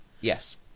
Yes